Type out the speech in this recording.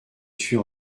suis